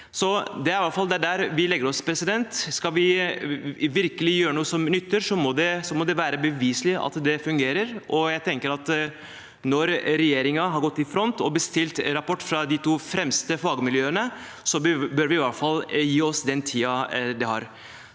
vil være.» Det er der vi legger oss. Skal vi virkelig gjøre noe som nytter, må det være beviselig at det fungerer. Jeg tenker at når regjeringen har gått i front og bestilt en rapport fra de to fremste fagmiljøene, bør vi i hvert fall gi oss den tiden det tar.